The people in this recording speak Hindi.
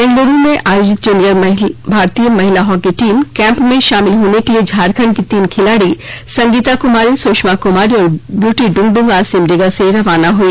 बेंगलुरू में आयोजित जूनियर भारतीय महिला हॉकी टीम कैंप में शामिल होने के लिए झारखंड की तीन खिलाड़ी संगीता कुमारी सुषमा कुमारी और ब्यूटी डुंगडुंग आज सिमडेगा से रवाना हुई